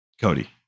Cody